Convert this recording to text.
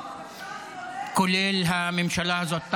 כולל הממשלה הזאת --- אוה,